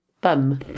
Bum